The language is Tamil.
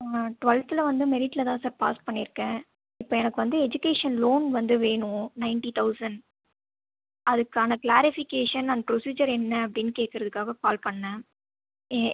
டுவெல்த்தில் வந்து மெரிட்டில் தான் சார் பாஸ் பண்ணிருக்கேன் இப்போ எனக்கு வந்து எஜிகேஷன் லோன் வந்து வேணும் நயன்ட்டி தௌசண்ட் அதுக்கான க்ளாரிஃபிகேஷன் அண்ட் ப்ரொஸுஜர் என்ன அப்படினு கேட்குறதுக்காக கால் பண்ணுணேன் ஏ